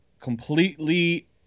completely